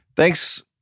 Thanks